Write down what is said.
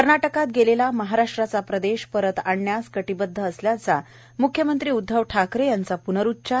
कर्नाटकात गेलेला महाराष्ट्राचा प्रदेश परत आणण्यास कटिबद्द असल्याचा म्ख्यमंत्री उद्धव ठाकरे यांचा प्नरोचार